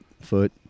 Foot